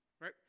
Right